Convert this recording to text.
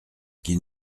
qui